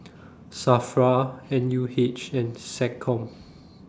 SAFRA N U H and Seccom